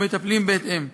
ומטפלים בהתאם.